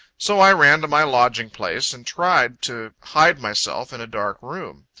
so i ran to my lodging-place, and tried to hide myself in a dark room.